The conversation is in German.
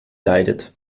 leidet